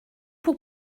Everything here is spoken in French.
pour